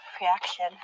reaction